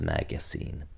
Magazine